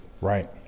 right